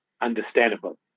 Understandable